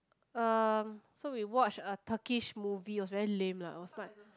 uh so we watch a Turkish movie it was very lame lah it was not